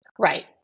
Right